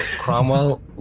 Cromwell